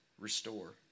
restore